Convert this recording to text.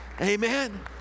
Amen